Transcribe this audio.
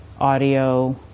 audio